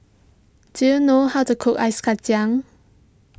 do you know how to cook Ice Kacang